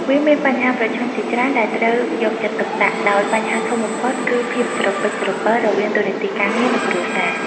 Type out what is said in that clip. វាមានបញ្ហាប្រឈមជាច្រើនដែលត្រូវយកចិត្តទុកដាក់ ដោយបញ្ហាធំបំផុតគឺភាពស្រពិចស្រពិលរវាងតួនាទីការងារ និងគ្រួសារ។